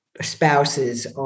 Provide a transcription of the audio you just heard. spouses